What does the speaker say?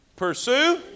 pursue